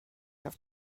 have